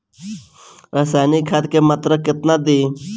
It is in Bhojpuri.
रसायनिक खाद के मात्रा केतना दी?